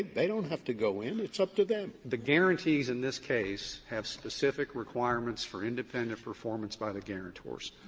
they don't have to go in. it's up to them. duggan the guaranties in this case have specific requirements for independent performance by the guarantors,